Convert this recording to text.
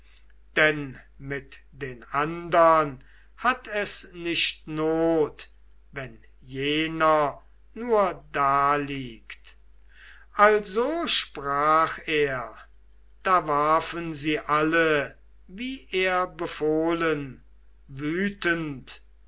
denn mit den andern hat es nicht not wenn jener nur daliegt also sprach er da warfen sie alle wie er befohlen wütend